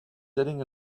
sitting